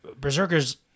Berserker's